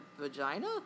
vagina